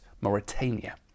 Mauritania